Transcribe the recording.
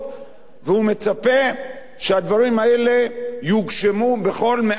והוא מצפה שהדברים האלה יוגשמו בכל מאת האחוזים,